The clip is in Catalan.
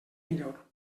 millor